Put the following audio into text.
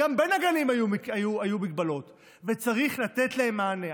גם בין הגלים היו מגבלות, וצריך לתת להם מענה.